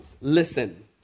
listen